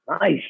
Nice